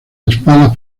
espadas